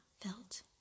felt